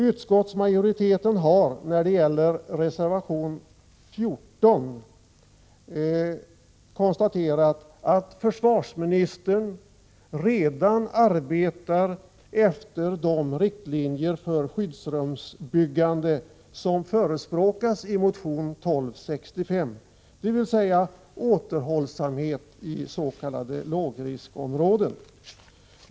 När det gäller reservation 14 har utskottsmajoriteten konstaterat att försvarsministern redan arbetar efter de riktlinjer för skyddsrumsbyggande som förespråkas i motion 1265, dvs. återhållsamhet i s.k. lågriskområden.